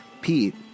Pete